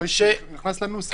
זה נכנס לנוסח.